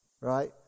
right